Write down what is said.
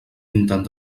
intent